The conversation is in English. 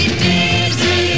dizzy